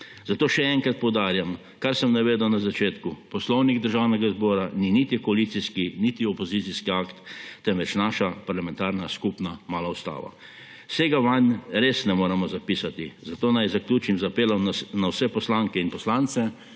Zato še enkrat poudarjam, kar sem navedel na začetku, Poslovnik državnega zbora ni niti koalicijski niti opozicijski akt, temveč naša parlamentarna skupna mala ustava. Vsega vanj res ne moremo zapisati, zato naj zaključim z apelom na vse poslanke in poslance